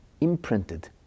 imprinted